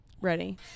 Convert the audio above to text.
Ready